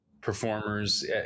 performers